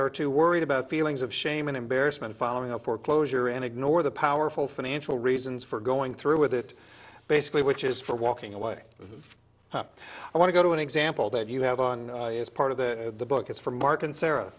are too worried about feelings of shame and embarrassment following a foreclosure and ignore the powerful financial reasons for going through with it basically which is for walking away i want to go to an example that you have on is part of the book it's from mark and sarah